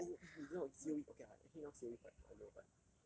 C_O_E 你知道 now C_O_E okay lah actually now C_O_E quite quite low but